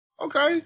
Okay